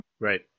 Right